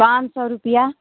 पाँच सौ रुपया